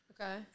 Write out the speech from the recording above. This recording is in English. okay